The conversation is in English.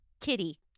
Kitty